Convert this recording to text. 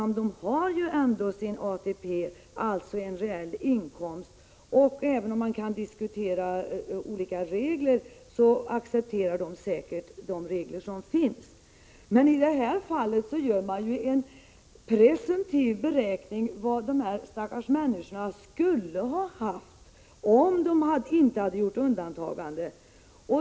Men de har ju ändå sin ATP, dvs. en reell inkomst, och även om man kan diskutera olika regler accepterar de säkert de regler som gäller. I detta fall görs det en presumtiv beräkning av vad de här stackars människorna skulle haft om de inte hade gjort undantagande!